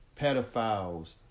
pedophiles